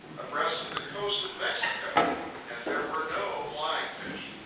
abreast of the coast of mexico and there were no flying fish.